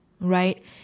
right